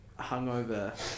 hungover